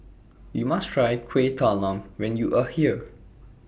YOU must Try Kuih Talam when YOU Are here